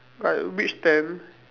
like which stand